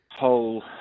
whole